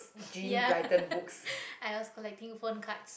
ya i was collecting phone cards